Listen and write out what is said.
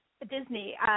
Disney